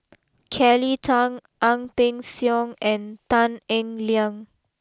Kelly Tang Ang Peng Siong and Tan Eng Liang